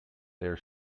their